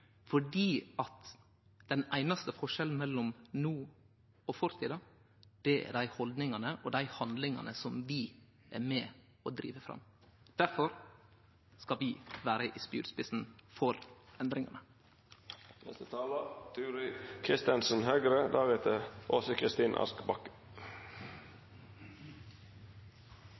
den einaste forskjellen mellom no og fortida, er dei haldningane og dei handlingane vi er med på å drive fram. Difor skal vi vere spydspissen for endringar. I